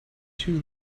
too